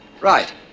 Right